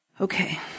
Okay